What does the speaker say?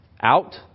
out